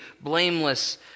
blameless